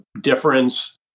difference